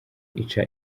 ica